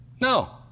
No